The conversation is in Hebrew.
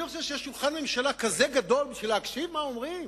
אני חושב שיש שולחן ממשלה כזה גדול בשביל להקשיב למה שאומרים.